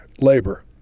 labor